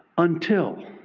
until,